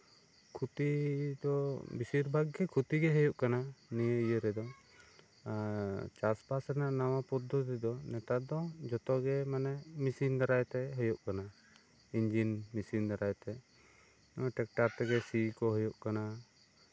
ᱠᱷᱚᱛᱤ ᱫᱚ ᱵᱮᱥᱤᱨ ᱵᱷᱟᱜᱽ ᱜᱮ ᱠᱷᱚᱛᱤ ᱜᱮ ᱦᱩᱭᱩᱜ ᱠᱟᱱᱟ ᱱᱤᱭᱟᱹ ᱤᱭᱟᱹ ᱨᱮᱫᱚ ᱮᱜ ᱪᱟᱥᱵᱟᱥ ᱨᱮᱱᱟᱜ ᱱᱟᱣᱟ ᱯᱚᱫᱽᱫᱷᱚᱛᱤ ᱫᱚ ᱱᱮᱛᱟᱨ ᱫᱚ ᱡᱚᱛᱚᱜᱮ ᱢᱟᱱᱮ ᱢᱮᱥᱤᱱ ᱫᱟᱨᱟᱭ ᱛᱮ ᱦᱩᱭᱩᱜ ᱠᱟᱱᱟ ᱤᱧᱡᱤᱱ ᱢᱮᱥᱤᱱ ᱫᱟᱨᱟᱭᱛᱮ ᱴᱨᱟᱠᱴᱟᱨ ᱛᱮᱜᱮ ᱥᱤ ᱠᱚ ᱦᱩᱭᱩᱜ ᱠᱟᱱᱟ